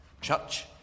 church